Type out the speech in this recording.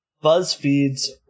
BuzzFeed's